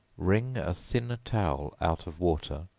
wring a thin towel out of water,